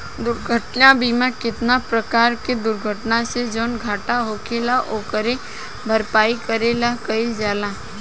दुर्घटना बीमा केतना परकार के दुर्घटना से जवन घाटा होखेल ओकरे भरपाई करे ला कइल जाला